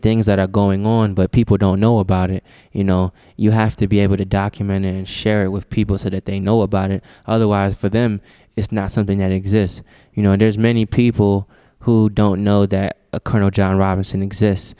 things that are going on but people don't know about it you know you have to be able to document it and share it with people so that they know about it otherwise for them it's not something that exists you know there's many people who don't know they're a colonel john robinson exists